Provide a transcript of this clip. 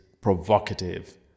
provocative